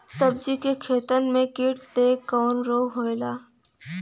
सब्जी के खेतन में कीट से कवन रोग होला?